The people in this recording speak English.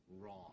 wrong